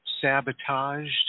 sabotaged